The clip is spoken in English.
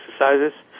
exercises